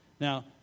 Now